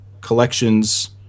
collections